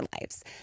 lives